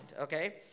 okay